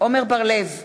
עמר בר-לב,